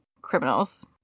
criminals